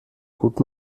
gut